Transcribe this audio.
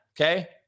okay